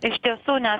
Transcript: iš tiesų ne